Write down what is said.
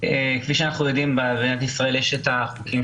כפי שאנחנו יודעים יש במדינת ישראל את חוק-יסוד: